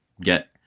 get